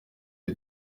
ati